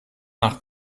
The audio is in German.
nach